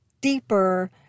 deeper